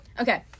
Okay